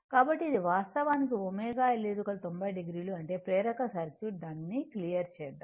కాబట్టి ఇది వాస్తవానికి ω L 90 o అంటే ప్రేరక సర్క్యూట్ దానిని క్లియర్ చేద్దాం